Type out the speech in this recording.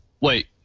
Wait